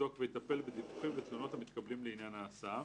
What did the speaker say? יבדוק ויטפל בדיווחים ותלונות המתקבלים לעניין ההסעה,